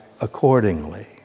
Accordingly